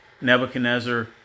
Nebuchadnezzar